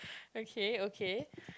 okay okay